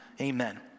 Amen